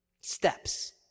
Steps